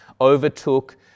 overtook